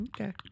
Okay